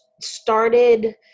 started